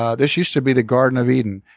ah this used to be the garden of eden.